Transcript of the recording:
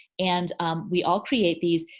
and um we all create this.